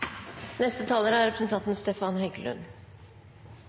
neste års forhandlinger. Er representanten